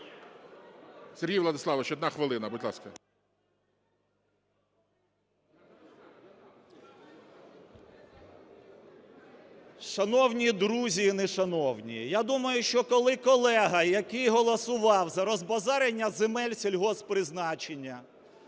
Сергій Владиславович, 1 хвилина, будь ласка. 11:47:31 СОБОЛЄВ С.В. Шановні друзі і не шановні! Я думаю, що, коли колега, який голосував за розбазарення земель сільгосппризначення,